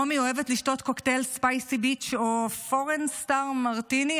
רומי אוהבת לשתות קוקטייל ספייסי ביץ' או פורן סטאר מרטיני.